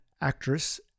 actress